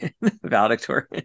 valedictorian